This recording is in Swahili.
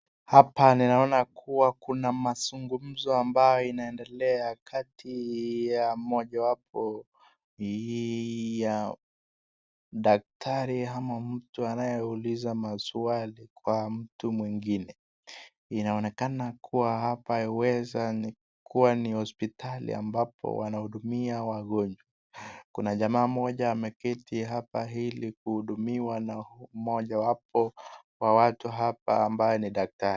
Hapa ninaona kuwa kuna mazungumzo ambayo inaendelea kati mmoja wapo ya daktari ama mtu anayeuliza maswali kwa mtu mwingine. Inaonekana kuwa hapa ni hospitali zinazohudumia wagonjwa. Kuna jamaa mmoja ameketi hapa ili kuhudumiwa na mmojawapo ambaye ni daktari.